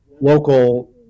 local